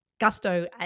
Gusto